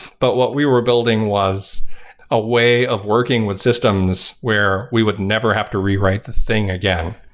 but what we were building was a way of working with systems where we would never have to rewrite the thing again.